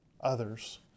others